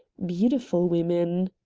beautiful women.